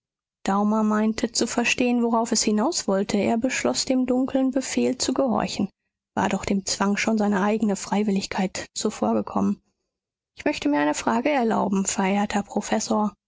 daumer meinte zu verstehen worauf es hinauswollte er beschloß dem dunkeln befehl zu gehorchen war doch dem zwang schon seine eigne freiwilligkeit zuvorgekommen ich möchte mir eine frage erlauben verehrter professor